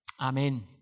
Amen